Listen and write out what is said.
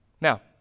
Now